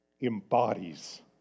embodies